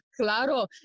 claro